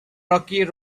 rocky